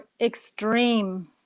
extreme